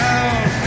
out